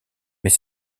mais